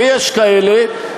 ויש כאלה,